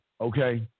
okay